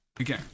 okay